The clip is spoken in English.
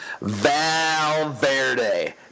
VALVERDE